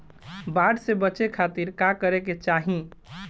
बाढ़ से बचे खातिर का करे के चाहीं?